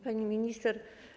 Pani Minister!